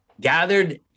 gathered